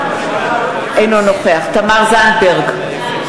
אינו נוכח תמר זנדברג,